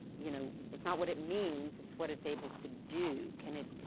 you know, it's not what it means, it's what it's able to do. can it,